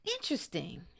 interesting